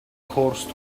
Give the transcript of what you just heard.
horse